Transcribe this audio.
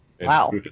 Wow